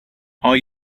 are